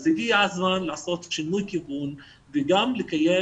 אז הגיע הזמן לעשות שינוי כיוון וגם לקיים